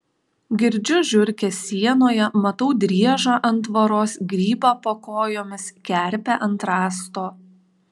girdžiu žiurkes sienoje matau driežą ant tvoros grybą po kojomis kerpę ant rąsto